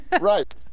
Right